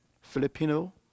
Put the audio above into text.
Filipino